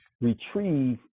retrieve